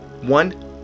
One